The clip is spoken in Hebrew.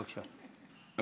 בבקשה, שלוש דקות לרשותך.